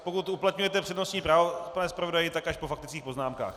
Pokud uplatňujete přednostní právo, pane zpravodaji, tak až po faktických poznámkách.